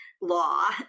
law